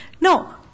No